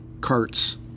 carts